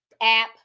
app